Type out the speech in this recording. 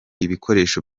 ibikoresho